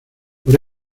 por